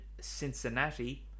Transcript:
Cincinnati